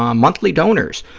um monthly donors,